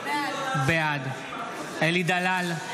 בעד אלי דלל,